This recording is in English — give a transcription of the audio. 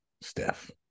Steph